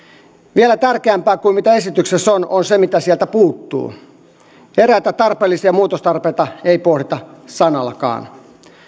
vielä tärkeämpää kuin se mitä esityksessä on on se mitä sieltä puuttuu eräitä tarpeellisia muutostarpeita ei pohdita sanallakaan